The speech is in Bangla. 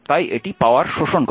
তাই এটি পাওয়ার শোষণ করে